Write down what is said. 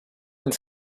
nic